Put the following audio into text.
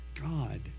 God